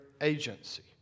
agency